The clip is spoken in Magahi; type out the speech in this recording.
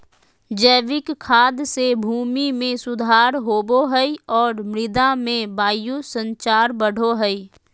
जैविक खाद से भूमि में सुधार होवो हइ और मृदा में वायु संचार बढ़ो हइ